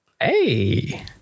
Hey